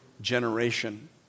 generation